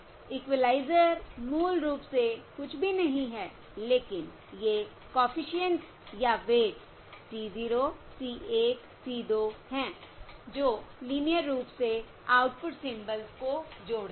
equaliser मूल रूप से कुछ भी नहीं है लेकिन ये कॉफिशिएंट्स या वेट्स C 0 C 1 C 2 हैं जो लीनियर रूप से आउटपुट सिंबल्स को जोड़ते हैं